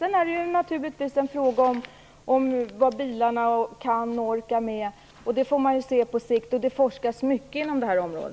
Sedan är det naturligtvis fråga om vad bilarna kan och orkar med. Det får man se på sikt. Det forskas i alla fall mycket inom detta område.